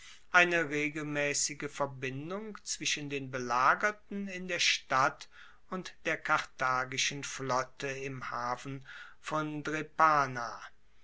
eine regelmaessige verbindung zwischen den belagerten in der stadt und der karthagischen flotte im hafen von drepana